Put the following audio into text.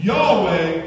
Yahweh